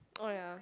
oh yeah